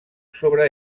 sobre